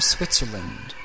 Switzerland